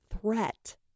threat